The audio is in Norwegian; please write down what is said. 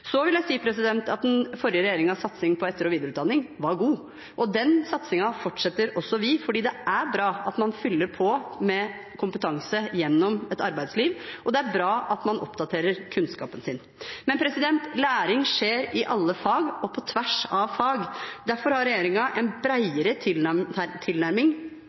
Så vil jeg si at den forrige regjeringens satsing på etter- og videreutdanning var god. Den satsingen fortsetter også vi, fordi det er bra at man fyller på med kompetanse gjennom et arbeidsliv, og det er bra at man oppdaterer kunnskapen sin. Men læring skjer i alle fag og på tvers av fag. Derfor har regjeringen en